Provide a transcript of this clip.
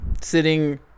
Sitting